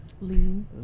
Lean